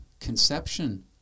conception